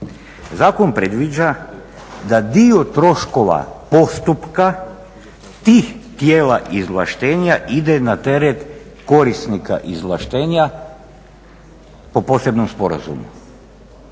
Zakon predviđa da dio troškova postupka tih tijela izvlaštenja ide na teret korisnika izvlaštenja po posebnom sporazumu.